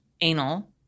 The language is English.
anal